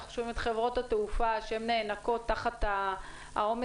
אנחנו שומעים את חברות התעופה שנאנקות תחת העומס.